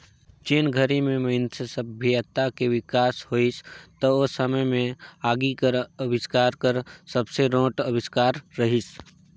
जेन घरी में मइनसे सभ्यता के बिकास होइस त ओ समे में आगी कर अबिस्कार हर सबले रोंट अविस्कार रहीस